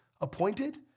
appointed